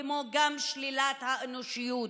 כמו גם שלילת האנושיות,